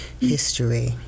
history